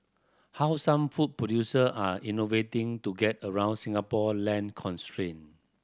how some food producer are innovating to get around Singapore land constraint